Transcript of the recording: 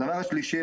הדבר השלישי,